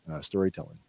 storytelling